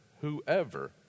whoever